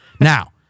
Now –